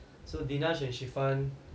so dinesh and shefun